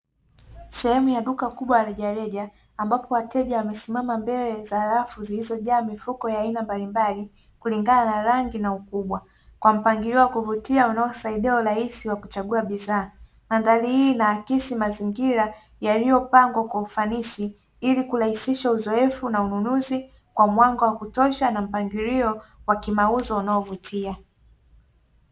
Sehemu ya duka kubwa la rejareja, ambapo wateja wamesimama mbele ya rafu zilizojaa mifuko ya aina mbalimbali kulinga na rangi na ukubwa kwa mpangilio wa kuvutia unasaidia uarhisi wa kuchagua bidhaa, Mandhari hii aksi mazingira yaliyopangwa kwa ufanisi ili kurahisisha uzoefu na ununuzi kwa mwanga wa kutosha na mpangilio wa kimauzo unaovutia.